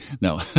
No